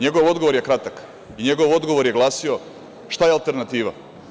NJegov odgovor je kratak i njegov odgovor je glasio – šta je alternativa?